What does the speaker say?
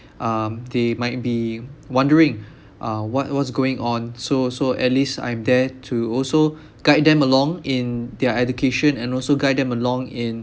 um they might be wondering uh what was going on so so at least I'm there to also guide them along in their education and also guide them along in